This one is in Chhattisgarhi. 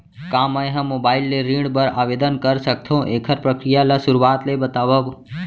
का मैं ह मोबाइल ले ऋण बर आवेदन कर सकथो, एखर प्रक्रिया ला शुरुआत ले बतावव?